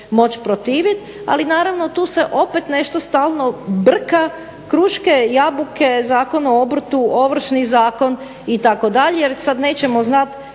moći protiviti. Ali naravno tu se opet nešto stalno brka kruške, jabuke, Zakon o obrtu, Ovršni zakon itd. jer sad nećemo znat